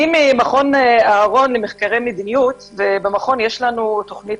במכון אהרן למחקי מדיניות יש לנו תוכנית